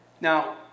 Now